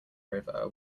river